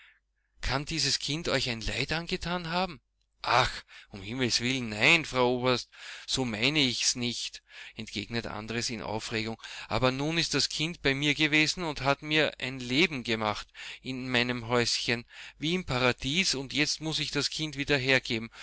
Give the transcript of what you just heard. kann dieses kind euch ein leid angetan haben ach um's himmels willen nein frau oberst so meine ich's nicht entgegnete andres in aufregung aber nun ist das kind bei mir gewesen und hat mir ein leben gemacht in meinem häuschen wie im paradies und jetzt muß ich das kind wieder hergeben